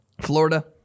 Florida